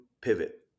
pivot